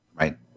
Right